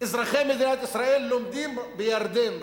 אזרחי מדינת ישראל, לומדים בירדן.